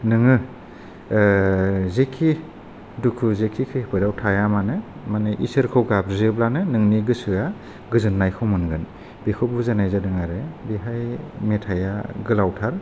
नोङो जेखि दुखु जेखि खैफोदाव थाया मानो इसोरखौ गाबज्रियोब्लानो नोंनि गोसोआ गोजोननायखौ मोनगोन बेखौ बुजायनाय जादों आरो बेहाय मेथाइया गोलावथार